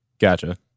Gotcha